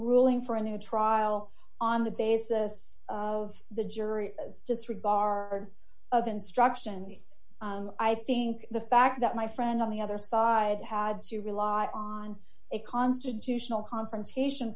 ruling for a new trial on the basis of the jury just read bar of instruction i think the fact that my friend on the other side had to rely on a constitutional confrontation